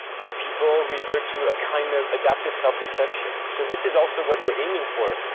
that people revert to a kind of adaptive self deception. so this is also what we're aiming for.